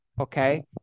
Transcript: okay